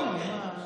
לא, מה.